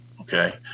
Okay